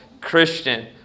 Christian